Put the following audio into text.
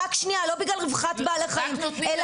רק נותנים להם כסף הם ייצאו.